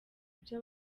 byo